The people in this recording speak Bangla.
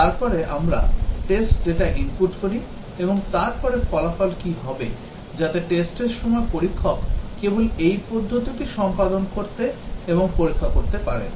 এবং তারপরে আমরা test data ইনপুট করি এবং তারপরে ফলাফল কী হবে যাতে test র সময় পরীক্ষক কেবল এই পদ্ধতিটি সম্পাদন করতে এবং পরীক্ষা করতে পারেন